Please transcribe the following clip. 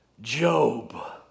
Job